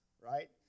right